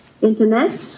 Internet